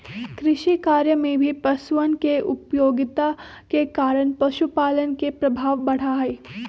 कृषिकार्य में भी पशुअन के उपयोगिता के कारण पशुपालन के प्रभाव बढ़ा हई